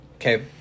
Okay